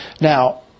Now